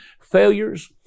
failures